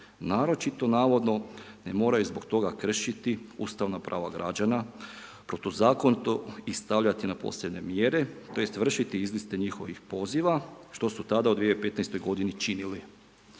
naročito navodno ne moraju zbog toga kršiti ustavna prava građana protuzakonito i stavljati ih na posebne mjere tj. vršiti izliste njihovih poziva, što su tada od 2015. godine činili.